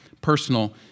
personal